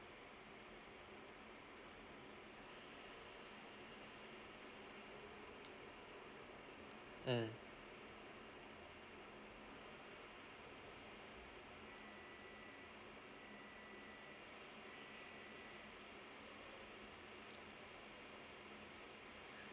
mm